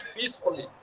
peacefully